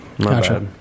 Gotcha